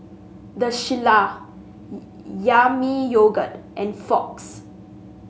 The Shilla Yami Yogurt and Fox